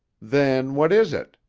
then what is it?